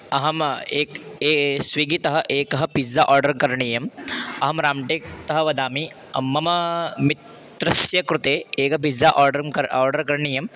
अहम् एकं एकं स्विग्गितः एकं पिज़्ज़ा आर्डर् करणीयम् अहं राम्टेक्तः वदामि मम मित्रस्य कृते एकं पिज़्ज़ा आर्डरं कर्तुम् आर्डर् करणीयम्